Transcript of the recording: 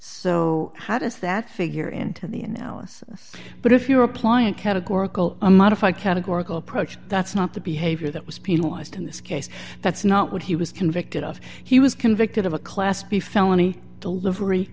so how does that figure into the analysis but if you apply a categorical unmodified categorical approach that's not the behavior that was penalized in this case that's not what he was convicted of he was convicted of a class b felony the livery